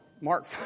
Mark